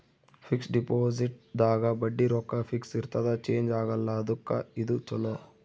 fix deposit ದಾಗ ಬಡ್ಡಿ ರೊಕ್ಕ ಫಿಕ್ಸ್ ಇರ್ತದ ಚೇಂಜ್ ಆಗಲ್ಲ ಅದುಕ್ಕ ಇದು ಚೊಲೊ